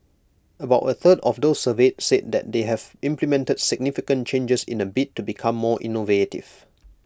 about A third of those surveyed said that they have implemented significant changes in A bid to become more innovative